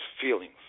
feelings